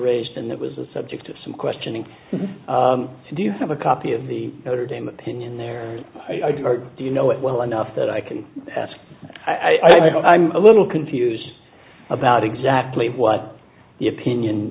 raised and that was the subject of some questioning do you have a copy of the notre dame opinion there or do you know it well enough that i can ask i don't know i'm a little confused about exactly what the opinion